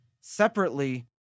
separately